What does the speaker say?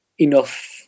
enough